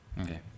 Okay